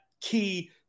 key